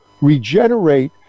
regenerate